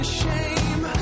shame